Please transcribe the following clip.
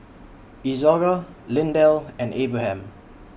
Izora Lindell and Abraham